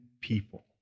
people